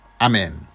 amen